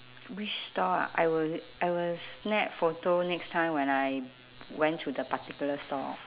which stall ah I will I will snap photo next time when I went to the particular stall